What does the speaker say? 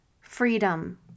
freedom